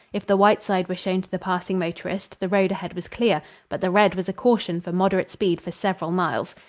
if the white side were shown to the passing motorist, the road ahead was clear but the red was a caution for moderate speed for several miles.